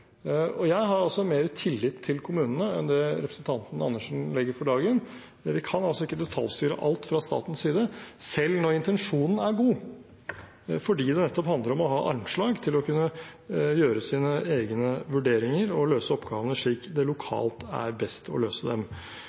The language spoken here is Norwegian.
Jeg har altså mer tillit til kommunene enn det representanten Andersen legger for dagen. Vi kan ikke detaljstyre alt fra statens side, selv når intensjonen er god, fordi det handler om nettopp å ha armslag til å kunne gjøre sine egne vurderinger og løse oppgavene slik det lokalt er best å løse dem.